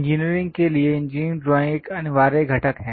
इंजीनियरों के लिए इंजीनियरिंग ड्राइंग एक अनिवार्य घटक है